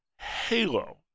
Halo